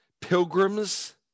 Pilgrims